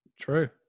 True